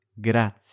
Grazie